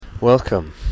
Welcome